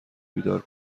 بیدار